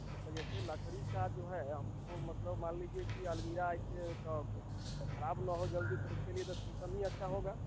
हाँ तो जैसे लकड़ी का जो है हमको मतलब मान लीजिए कि अलमिरा इस से कब खराब ना हो जल्दी तो उसके लिए तो शीशम ही अच्छा होगा